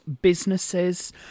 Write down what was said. businesses